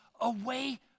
away